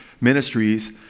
ministries